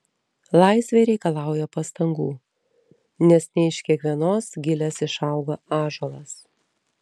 laisvė reikalauja pastangų nes ne iš kiekvienos gilės išauga ąžuolas